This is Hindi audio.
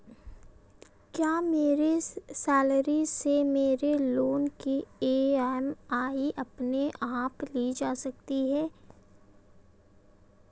क्या मेरी सैलरी से मेरे लोंन की ई.एम.आई अपने आप ली जा सकती है?